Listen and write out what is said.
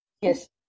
Yes